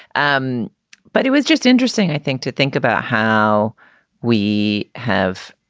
um but it was just interesting, i think, to think about how we have